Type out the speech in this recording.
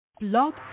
Blog